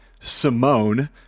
Simone